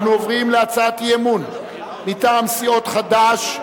אנחנו עוברים להצעת אי-אמון מטעם סיעות חד"ש,